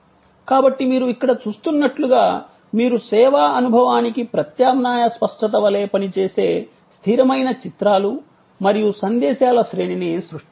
కాబట్టి మీరు ఇక్కడ చూస్తున్నట్లుగా మీరు సేవా అనుభవానికి ప్రత్యామ్నాయ స్పష్టత వలె పనిచేసే స్థిరమైన చిత్రాలు మరియు సందేశాల శ్రేణిని సృష్టించాలి